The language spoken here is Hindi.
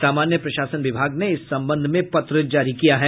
सामान्य प्रशासन विभाग ने इस संबंध में पत्र जारी किया है